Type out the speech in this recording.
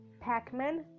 pac-man